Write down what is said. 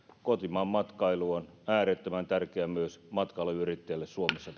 kotimaanmatkailu on äärettömän tärkeää myös matkailuyrittäjille suomessa